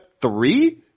three